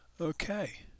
Okay